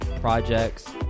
projects